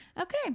Okay